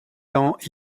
tant